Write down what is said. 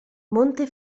monte